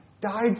died